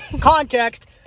context